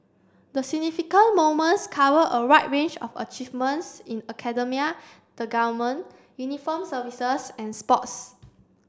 the significant moments cover a wide range of achievements in academia the government uniformed services and sports